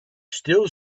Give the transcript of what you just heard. still